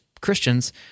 Christians